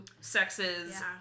sexes